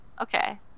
Okay